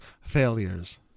failures